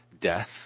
death